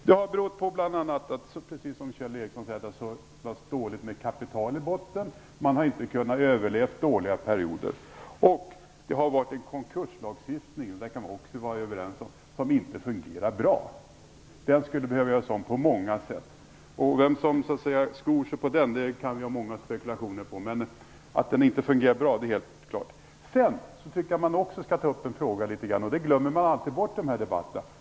Precis som Kjell Ericson säger har det berott på att det har funnits så pass dåligt med kapital i botten att man inte har kunnat överleva under dåliga perioder. Och det har funnits en konkurslagstiftning som inte fungerat bra, det kan vi också vara överens om. Den skulle behöva göras om på många sätt. Vem som skor sig på den kan vi spekulera mycket om. Men att den inte fungerar bra är helt klart. Jag skulle vilja ta upp en annan fråga som man alltid glömmer bort i den här debatten.